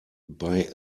bei